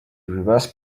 reverse